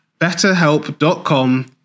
betterhelp.com